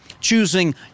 Choosing